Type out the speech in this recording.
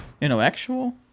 intellectual